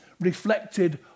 reflected